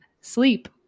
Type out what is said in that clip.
sleep